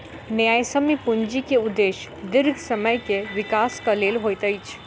न्यायसम्य पूंजी के उदेश्य दीर्घ समय के विकासक लेल होइत अछि